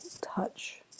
touch